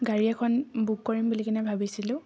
গাড়ী এখন বুক কৰিম বুলি কেনে ভাবিছিলোঁ